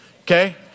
Okay